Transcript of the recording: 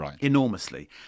enormously